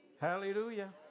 Hallelujah